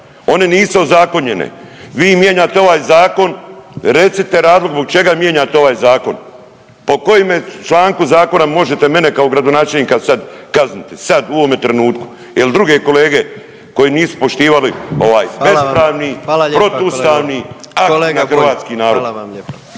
one nisu ozakonjene, vi mijenjate ovaj zakon. Recite razlog zbog čega mijenjate ovaj zakon, po kojemu članku zakona možete mene kao gradonačelnika sad kazniti, sad u ovome trenutku il druge kolege koji nisu poštivali ovaj bespravni…/Upadica: Hvala vam,